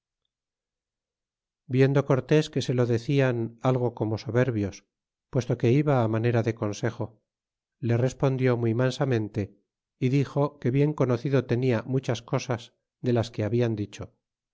viendo cortés que se lo decian algo como soberbios puesto que iba manera de consejo le respondió muy mansamente y dixo que bien conocido tenia muchas cosas de las que hablan dicho